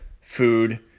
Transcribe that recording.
food